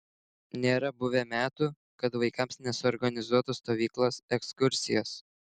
nėra buvę metų kad vaikams nesuorganizuotų stovyklos ekskursijos